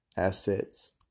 Assets